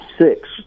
six